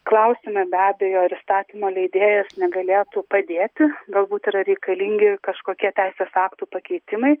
klausime be abejo ar įstatymų leidėjas negalėtų padėti galbūt yra reikalingi kažkokie teisės aktų pakeitimai